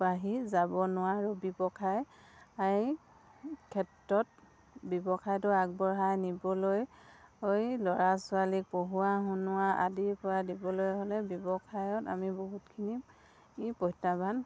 বাঢ়ি যাব নোৱাৰোঁ ব্যৱসায় ক্ষেত্ৰত ব্যৱসায়টো আগবঢ়াই নিবলৈ ল'ৰা ছোৱালীক পঢ়োৱা শুনোৱা আদিৰপৰা দিবলৈ হ'লে ব্যৱসায়ত আমি বহুতখিনি প্ৰত্যাহ্বান